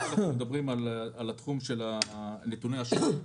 כאשר אנחנו מדברים על התחום של נתוני אשראי,